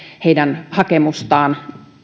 heidän hakemustaan